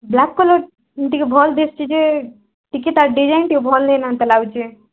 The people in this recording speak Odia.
ହୁଁ ବ୍ଲାକ୍ କଲର୍ ଟିକେ ଭଲ୍ ଦିଶୁଛି ଯେ ଟିକେ ତା' ଡିଜାଇନ୍ ଟିକେ ଭଲ୍ ନାଇଁ ନ ଏନ୍ତା ଲାଗୁଛି